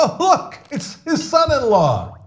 ah look, it's his son-in-law.